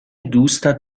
دوستت